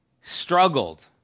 struggled